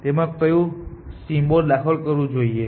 તેમાં કયું સિમ્બોલ દાખલ કરવું જોઈએ